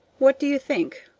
what do you think?